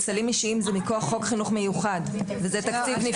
סלים אישיים זה מכוח חוק חינוך מיוחד וזה תקציב נפרד.